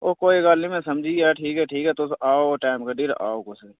ओह् कोई गल्ल नेईं में समझी गेआ ठीक ऐ ठीक ऐ तुस आओ टेंम कड्ढी आओ कुसै दिन